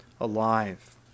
alive